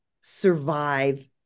survive